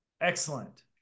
excellent